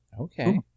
okay